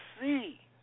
see